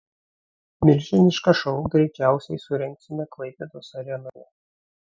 milžinišką šou greičiausiai surengsime klaipėdos arenoje